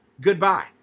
goodbye